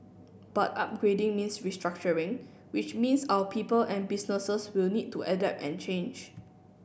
but upgrading means restructuring which means our people and businesses will need to adapt and change